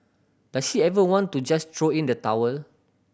does she ever want to just throw in the towel